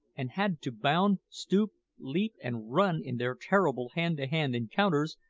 and had to bound, stoop, leap, and run in their terrible hand-to-hand encounters,